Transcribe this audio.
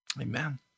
Amen